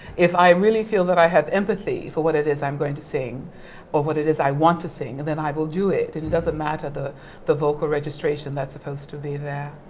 if i really feel that i have empathy for what it is i'm going to sing or what it is i want to sing and then i will do it and it doesn't matter the the vocal registration that's supposed to be there.